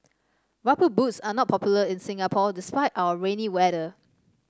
rubber boots are not popular in Singapore despite our rainy weather